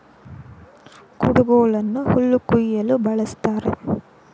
ಕುಡುಗೋಲನ್ನು ಹುಲ್ಲು ಕುಯ್ಯಲು ಬಳ್ಸತ್ತರೆ